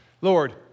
Lord